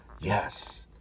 yes